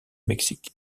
mexique